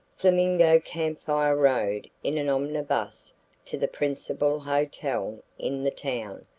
flamingo camp fire rode in an omnibus to the principal hotel in the town,